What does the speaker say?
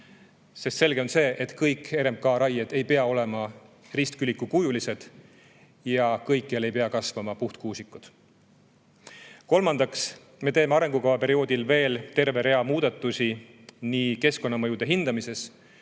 Selge on see, et kõik RMK raied ei pea olema ristkülikukujulised ja kõikjal ei pea kasvama puhtkuusikud. Kolmandaks, me teeme arengukava perioodil veel terve rea muudatusi keskkonnamõjude hindamises,